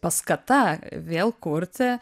paskata vėl kurti